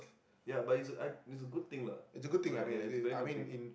ya but it's I it's a good thing lah right it's a very good thing